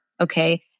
Okay